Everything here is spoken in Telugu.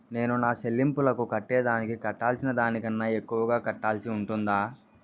నేను నా సెల్లింపులకు కట్టేదానికి కట్టాల్సిన దానికన్నా ఎక్కువగా కట్టాల్సి ఉంటుందా?